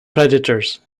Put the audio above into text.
predators